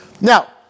Now